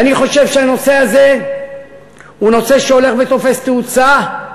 ואני חושב שהנושא הזה הולך ותופס תאוצה,